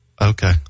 Okay